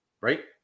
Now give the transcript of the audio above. right